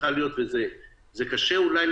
צריכה להיות זה קשה אולי,